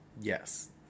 Yes